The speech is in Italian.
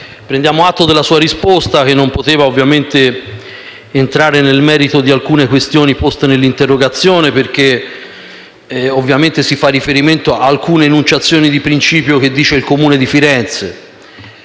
prendiamo atto della sua risposta, che non poteva ovviamente entrare nel merito di alcune questioni poste nell'interrogazione, perché si fa riferimento ad alcune enunciazioni di principio da parte del Comune di Firenze.